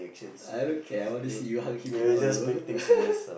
I don't care I want to see you hug him tomorrow